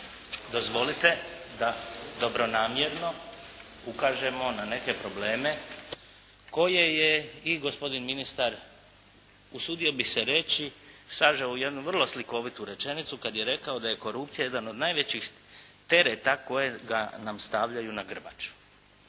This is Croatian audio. dozvolite da dobronamjerno ukažemo na neke probleme koje je i gospodin ministar, usudio bih se reći sažeo u jednu vrlo slikovitu rečenicu kad je rekao da je korupcija jedan od najvećih tereta kojega nam stavljaju na grbaču.